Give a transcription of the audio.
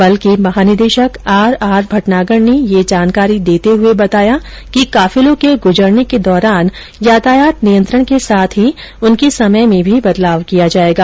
बल के महानिदेशक आर आर भटनागर ने ये जानकारी देते हुए बताया कि काफिलों के गुजरने के दौरान यातायात नियंत्रण के साथ ही उनके समय में भी बदलाव किया जाएगा